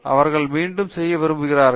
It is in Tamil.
அவர்கள் மீண்டும் செய்ய விரும்புகிறார்கள்